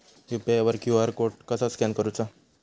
UPI वर QR code कसा scan करूचा?